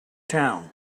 town